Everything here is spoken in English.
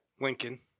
Lincoln